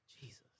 Jesus